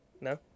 No